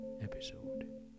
episode